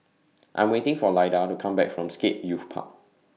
I'm waiting For Lyda to Come Back from Scape Youth Park